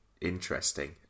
interesting